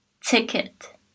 ticket